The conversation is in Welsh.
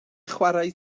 chwarae